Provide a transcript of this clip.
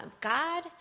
God